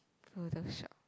photoshop